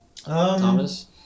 Thomas